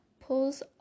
pulls